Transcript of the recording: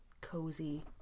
cozy